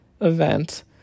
event